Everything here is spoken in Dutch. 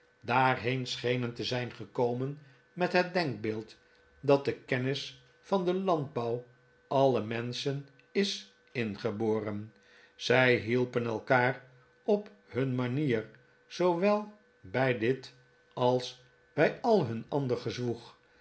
daarheen schenen te zijn gekomen met het denkbeeld dat de kennis van den landbouw alle menschen is ingeboren zij hielpen elkaar op hun manier zoowel bij dit als bij al hun andere gezwoeg